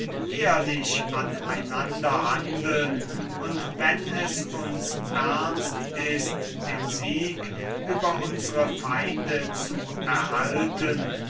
ehrlich an einander sind und wenn es uns ernst ist den sieg über unsre feinde zu erhalten